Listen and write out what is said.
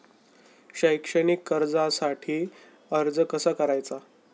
शैक्षणिक कर्जासाठी अर्ज कसा करायचा?